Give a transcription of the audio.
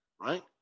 Right